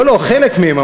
לא לא, חלק מהם.